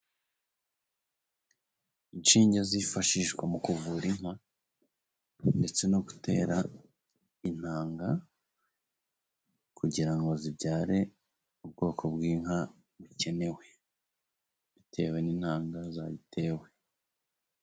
Inshinge zifashishwa mu kuvura inka， ndetse no gutera intanga kugira ngo zibyare ubwoko bw'inka bukenewe， bitewe n'intanga zayitewe.